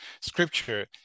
scripture